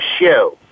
show